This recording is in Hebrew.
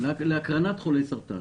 להקרנת חולי סרטן.